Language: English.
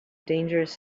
dangerous